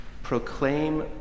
proclaim